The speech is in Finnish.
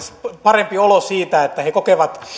parempi olo siitä että he kokevat